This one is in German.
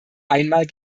einmal